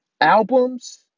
albums